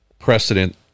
precedent